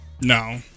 no